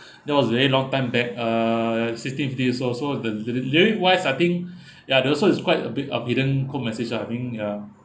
that was a long time back uh sixteen fifteen years old so the ly~ lyric wise I think ya there also is quite a bit of hidden code message lah I mean ya